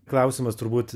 klausimas turbūt